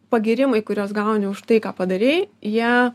pagyrimai kuriuos gauni už tai ką padarei jie